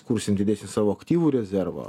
kursim didesnį savo aktyvų rezervą